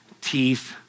teeth